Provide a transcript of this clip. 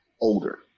older